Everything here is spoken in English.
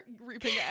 reaping